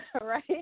right